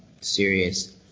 serious